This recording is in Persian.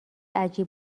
عجیب